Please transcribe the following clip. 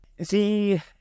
see